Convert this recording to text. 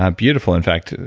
um beautiful. in fact,